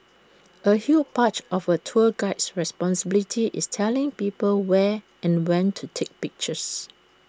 A Hugh patch of A tour guide's responsibilities is telling people where and when to take pictures